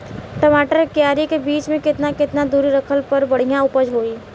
टमाटर के क्यारी के बीच मे केतना केतना दूरी रखला पर बढ़िया उपज होई?